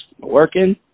working